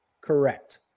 Correct